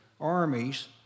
armies